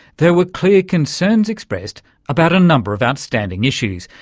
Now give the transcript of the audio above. there were clear concerns expressed about a number of outstanding issues,